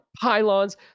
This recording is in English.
pylons